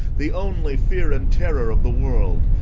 the only fear and terror of the world,